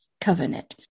covenant